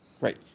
Right